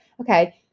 okay